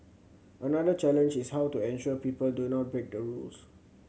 another challenge is how to ensure people do not break the rules